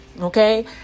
Okay